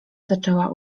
zaczęła